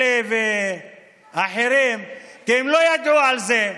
אלה ואחרים, כי הם לא ידעו על זה,